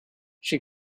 she